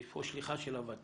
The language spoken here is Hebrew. יש פה שליחה של הות"ת